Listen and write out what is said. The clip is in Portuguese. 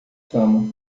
cama